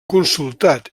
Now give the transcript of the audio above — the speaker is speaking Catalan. consultat